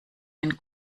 wenn